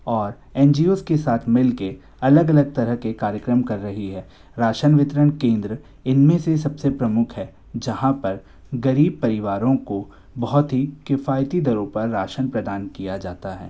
और एनजिओज़ के साथ मिल के अलग अलग तरह के कार्यक्रम कर रही है राशन वितरण केंद्र इनमें से सबसे प्रमुख है जहाँ पर गरीब परिवारों को बहुत ही किफायती दरों पर राशन प्रदान किया जाता है